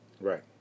Right